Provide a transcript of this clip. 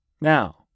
Now